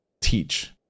Teach